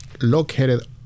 located